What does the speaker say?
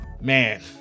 Man